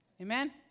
Amen